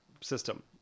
system